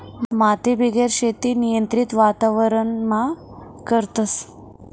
मातीबिगेर शेती नियंत्रित वातावरणमा करतस